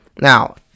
Now